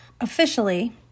officially